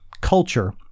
culture